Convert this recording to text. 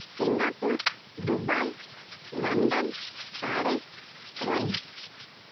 Singapore Dubai London Paris Rome